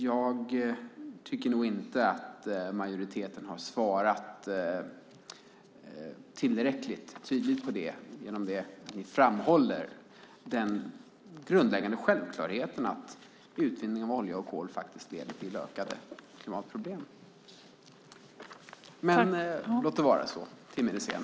Jag tycker inte att majoriteten har svarat tillräckligt tydligt på det genom det ni framhåller, nämligen den grundläggande självklarheten att utvinning av olja och gas leder till ökade klimatproblem. Men låt vara; timmen är sen.